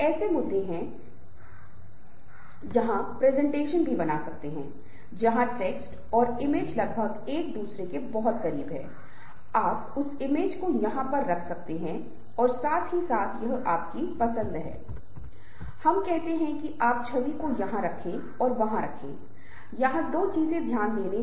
कभी कभी संचार कक्षाओं को पढ़ाने के दौरान कक्षा में हमारी यह बहुत दिलचस्प रुचि होती है और कुछ असाइनमेंट के लिए हम कक्षा को समूहों में विभाजित करते हैं और ऐसा क्या होता है कि जिस समय कुछ 3 4 समूह होते हैं एक प्राकृतिक बंधन हो जाता है